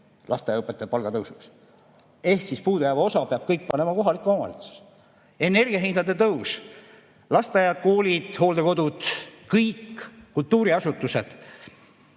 lasteaiaõpetajate palga tõusuks. Ehk siis puudujääva osa peab kõik panema kohalik omavalitsus. Energiahindade tõus. Lasteaiad, koolid, hooldekodud, kõik kultuuriasutused,